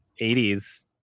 80s